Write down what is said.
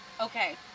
Okay